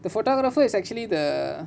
the photographer is actually the